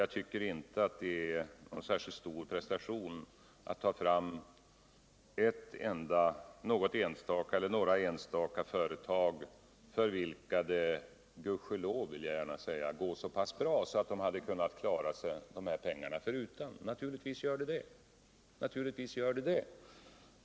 Jag tycker inte att det är någon särskilt stor prestation att ta fram några enstaka företag för vilka det —gudskelov, vill jag gärna säga — går så pass bra att de hade kunnat klara sig dessa pengar förutan. Naturligtvis finns det sådana företag.